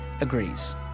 agrees